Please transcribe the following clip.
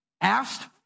asked